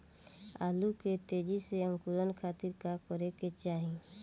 आलू के तेजी से अंकूरण खातीर का करे के चाही?